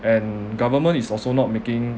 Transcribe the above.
and government is also not making